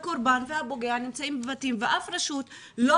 הקרבן והפוגע נמצאים יחד בבתים ואף רשות לא